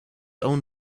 own